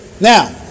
Now